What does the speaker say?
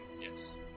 yes